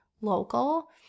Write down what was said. local